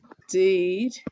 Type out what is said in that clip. indeed